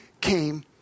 came